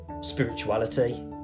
Spirituality